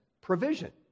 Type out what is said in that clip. provision